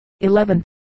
Eleven